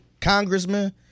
congressman